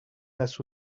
las